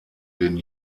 den